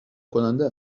کننده